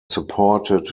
supported